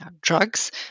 drugs